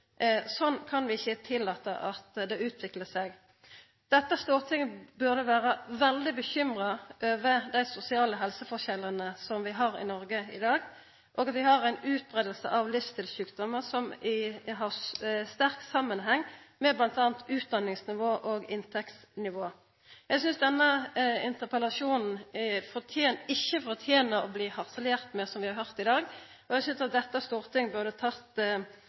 kan vi ikkje tillata at det utviklar seg. Dette storting burde vera veldig bekymra over dei sosiale helseskilnadene som vi har i Noreg i dag. Vi har ei utbreiing av livsstilssjukdommar som har sterk samanheng med m.a utdanningsnivå og inntektsnivå. Eg synest denne interpellasjonen ikkje fortener å bli harselert med – som vi har høyrt i dag – og eg synest at dette